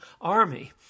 Army